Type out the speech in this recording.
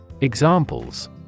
Examples